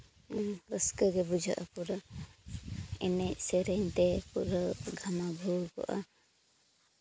ᱨᱟᱹᱥᱠᱟᱹ ᱜᱮ ᱵᱩᱡᱷᱟᱹᱜᱼᱟ ᱯᱩᱨᱟᱹ ᱮᱱᱮᱡ ᱥᱮᱨᱮᱧ ᱛᱮ ᱯᱩᱨᱟᱹ ᱜᱷᱟᱢᱟ ᱜᱷᱳᱨ ᱠᱚᱜᱼᱟ